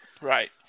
right